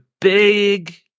big